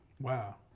Wow